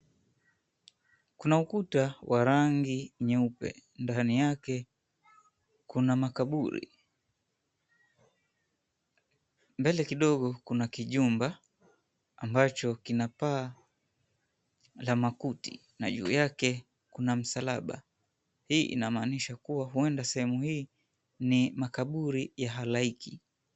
Kuna ukuta wa rangi nyeupe. Ndani yake kuna makaburi. Mbele kidogo kuna kijumba ambacho kina paa la makuti na juu yake kuna msalaba. Hii inamaanisha kuwa huenda sehemu hii ni makaburi ya halaiki.